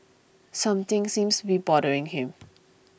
something seems be bothering him